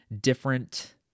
different